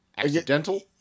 accidental